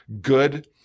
good